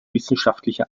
wissenschaftlicher